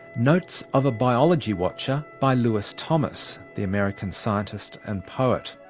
notes of a biology watcher, by lewis thomas, the american scientist and poet.